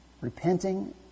repenting